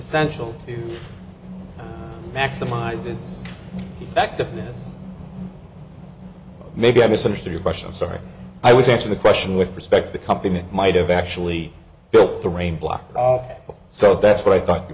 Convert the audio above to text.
essential to maximize its effectiveness maybe i misunderstood your question i'm sorry i was actually the question with respect the company might have actually built the rain block so that's what i thought you